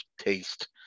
taste